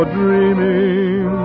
dreaming